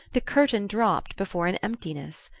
the curtain dropped before an emptiness?